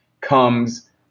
comes